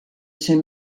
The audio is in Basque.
zen